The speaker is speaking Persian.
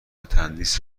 تندیس